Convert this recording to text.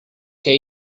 que